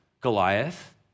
Goliath